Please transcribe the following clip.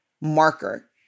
marker